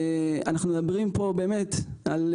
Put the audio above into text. אנחנו מדברים פה על חברה